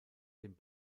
den